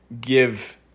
give